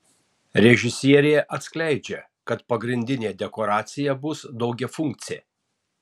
režisierė atskleidžia kad pagrindinė dekoracija bus daugiafunkcė